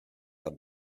not